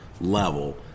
level